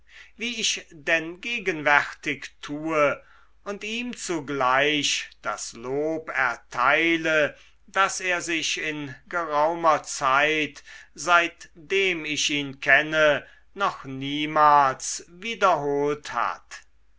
wie ich denn gegenwärtig tue und ihm zugleich das lob erteile daß er sich in geraumer zeit seitdem ich ihn kenne noch niemals wiederholt hat